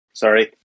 Sorry